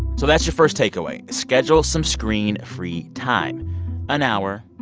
so that's your first takeaway schedule some screen-free time an hour,